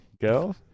go